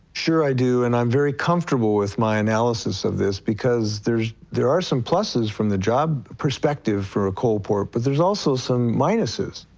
sure, i do, and i'm very comfortable with my analysis of this because there are some pluses from the job perspective for a coal port, but there's also some minuses.